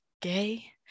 gay